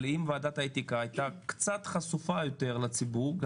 אבל אם ועדת האתיקה הייתה קצת חשופה יותר לציבור,